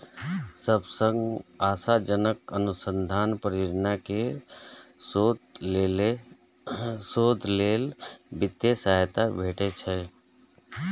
सबसं आशाजनक अनुसंधान परियोजना कें शोध लेल वित्तीय सहायता भेटै छै